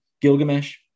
gilgamesh